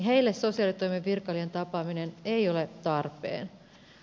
heille sosiaalitoimen virkailijan tapaaminen ei ole tarpeen